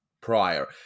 prior